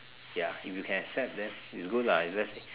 ya if you can accept then is good lah if let's say